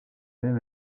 même